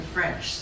French